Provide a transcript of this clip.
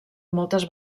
moltes